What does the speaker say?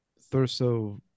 Thurso